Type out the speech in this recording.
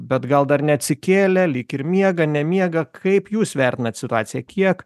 bet gal dar neatsikėlę lyg ir miega nemiega kaip jūs vertinat situaciją kiek